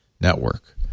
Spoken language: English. network